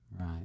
Right